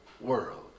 world